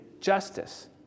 justice